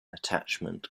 attachment